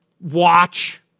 watch